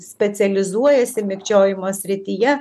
specializuojasi mikčiojimo srityje